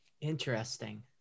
Interesting